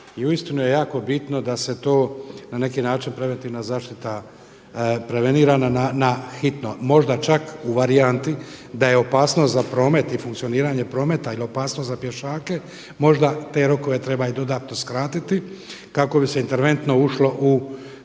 uistinu je jako bitno da se to na neki način preventivna zaštita prevenira na hitno možda čak u varijanti da je opasnost za promet i funkcioniranje prometa ili opasnost za pješake možda …/Govornik se ne razumije./… dodatno skratiti kako bi se interventno ušlo u